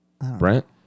Brent